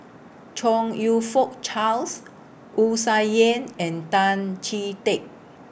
Chong YOU Fook Charles Wu Tsai Yen and Tan Chee Teck